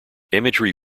imagery